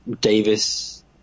Davis